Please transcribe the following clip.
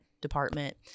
department